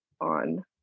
on